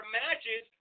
matches